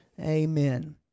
amen